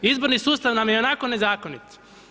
Izborni sustav nam je ionako nezakonit.